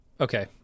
Okay